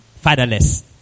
fatherless